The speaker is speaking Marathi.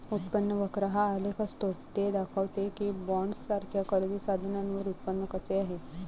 उत्पन्न वक्र हा आलेख असतो ते दाखवते की बॉण्ड्ससारख्या कर्ज साधनांवर उत्पन्न कसे आहे